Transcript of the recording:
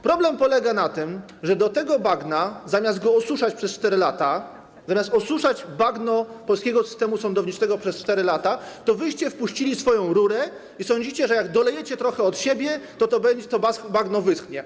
Problem polega na tym, że do tego bagna, zamiast go osuszać przez 4 lata, zamiast osuszać bagno polskiego systemu sądowniczego przez 4 lata, wyście wpuścili swoją rurę i sądzicie, że jak dolejecie trochę od siebie, to bagno to wyschnie.